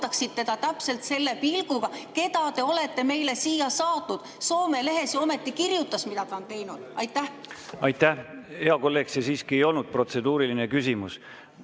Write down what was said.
vaataksid teda täpselt selle pilguga, et keda te olete meile siia saatnud. Soome leht ometi kirjutas, mida ta on teinud. Aitäh! Hea kolleeg, see siiski ei olnud protseduuriline küsimus.